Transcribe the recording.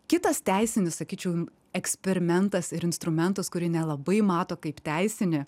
kitas teisinis sakyčiau eksperimentas ir instrumentas kurį nelabai mato kaip teisinį